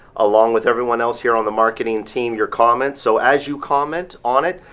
along with everyone else here on the marketing team, your comments, so as you comment on it,